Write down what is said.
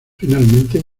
finalmente